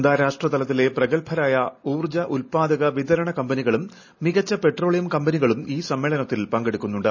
അന്താരാഷ്ട്രതലത്തിലെ പ്രഗത്ഭരായ ഊർജ്ജ ഉല്പാദക വിതരണ കമ്പനികളും മികച്ച പെട്രോളിയം കമ്പനികളും ഈ സമ്മേളനത്തിൽ പങ്കെടുക്കുന്നുണ്ട്